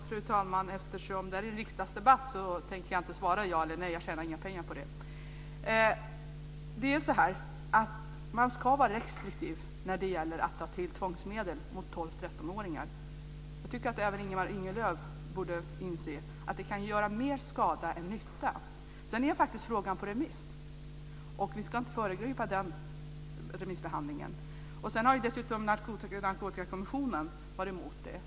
Fru talman! Eftersom det här är en riksdagsdebatt tänker jag inte svara ja eller nej. Jag tjänar inga pengar på det. Man ska vara restriktiv när det gäller att ta till tvångsmedel mot 12-13-åringar. Jag tycker att även Ingemar Vänerlöv borde inse att det kan göra mer skada än nytta. Sedan är faktiskt frågan på remiss, och vi ska inte föregripa den remissbehandlingen. Dessutom har Narkotikakommissionen varit emot detta.